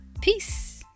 Peace